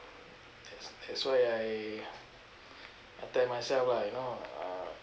that's that's why I I tell myself lah you know uh